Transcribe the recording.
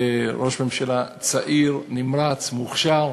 ראש ממשלה צעיר, נמרץ, מוכשר.